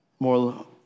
more